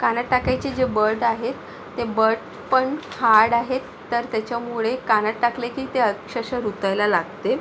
कानात टाकायचे जे बड आहे ते बट पण हाड आहेत तर त्याच्यामुळे कानात टाकले की ते अक्षरशः रुतायला लागते